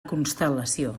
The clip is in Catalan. constel·lació